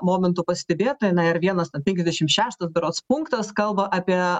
momentų pastebėta na ir vienas ten penkiasdešim šeštas berods punktas kalba apie